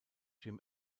jim